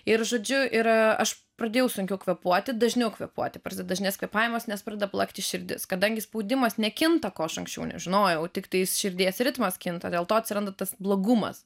ir žodžiu ir aš pradėjau sunkiau kvėpuoti dažniau kvėpuoti prasideda dažnas kvėpavimas nes pradeda plakti širdis kadangi spaudimas nekinta ko aš anksčiau nežinojau tiktai širdies ritmas kinta dėl to atsiranda tas blogumas